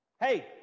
hey